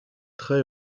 très